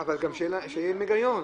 אבל שיהיה עם היגיון.